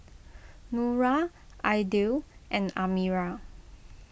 Nura Aidil and Amirah